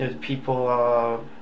people